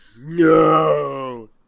No